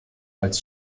als